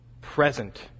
present